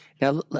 Now